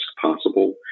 possible